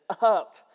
up